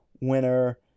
winner